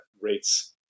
rates